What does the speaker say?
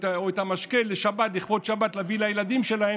את המשקה לכבוד שבת להביא לילדים שלה,